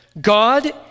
God